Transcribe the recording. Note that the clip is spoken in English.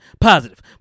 positive